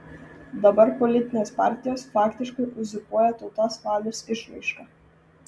dabar politinės partijos faktiškai uzurpuoja tautos valios išraišką